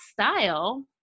style